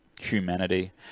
humanity